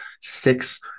six